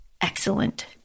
excellent